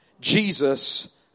Jesus